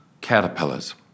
Caterpillars